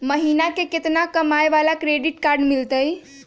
महीना में केतना कमाय वाला के क्रेडिट कार्ड मिलतै?